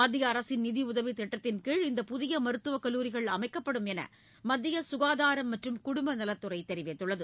மத்திய அரசின் நிதியுதவி திட்டத்திள் கீழ் இந்த புதிய மருத்துவக் கல்லூரிகள் அமைக்கப்படும் என்று மத்திய சுகாதாரம் மற்றும் குடும்ப நலத்துறை தெரிவித்துள்ளது